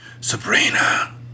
Sabrina